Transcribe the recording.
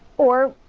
or,